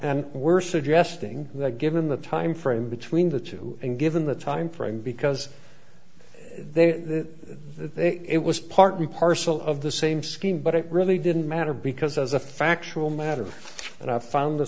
and we're suggesting that given the timeframe between the two and given the timeframe because they it was partly parcel of the same scheme but it really didn't matter because as a factual matter and i found